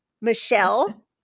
Michelle